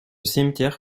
cimetière